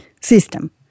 system